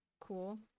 Cool